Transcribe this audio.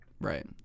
right